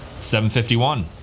751